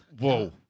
Whoa